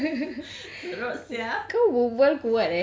teruk sia